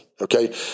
Okay